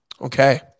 okay